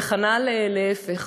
ולהפך.